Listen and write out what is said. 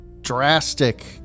drastic